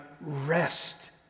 rest